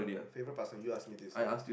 favourite past time you asked me this right